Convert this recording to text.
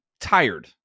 tired